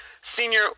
senior